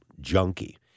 junkie